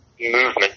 movement